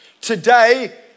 Today